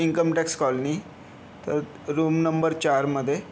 income tax colony तर room number चारमध्ये